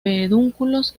pedúnculos